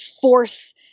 force